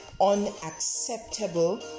unacceptable